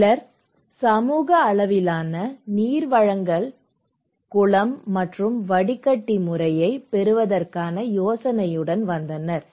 சிலர் சமூக அளவிலான நீர்வழங்கல் குளம் மற்றும் வடிகட்டி முறையைப் பெறுவதற்கான யோசனையுடன் வந்தனர்